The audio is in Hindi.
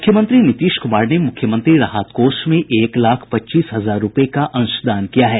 मुख्यमंत्री नीतीश कुमार ने मुख्यमंत्री राहत कोष में एक लाख पच्चीस हजार रूपये का अंशदान दिया है